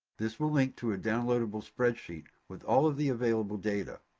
this will link to a downloadable spreadsheet with all of the available data.